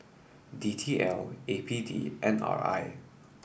D T L A P D and R I